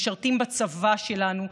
משרתים בצבא שלנו,